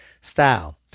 style